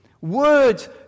Words